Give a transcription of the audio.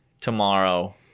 tomorrow